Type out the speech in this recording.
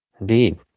Indeed